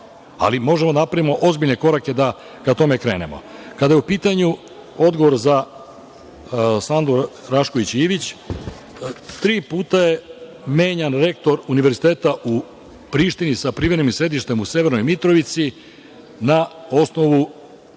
ali možemo da napravimo ozbiljne korake da ka tome krenemo. Kada je u pitanju odgovor za Sandu Rašković Ivić, tri puta je menjan rektor Univerziteta u Prištini sa privremenim sedištem u severnoj Mitrovici na osnovu